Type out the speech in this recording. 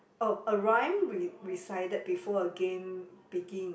oh a rhyme re~ recited before a game begin